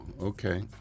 okay